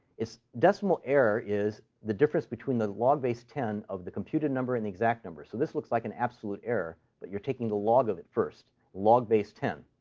decimal error is the difference between the log base ten of the computed number and the exact number. so this looks like an absolute error, but you're taking the log of it first log base ten.